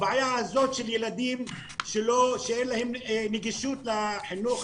הבעיה הזאת של ילדים שאין להם נגישות לחינוך,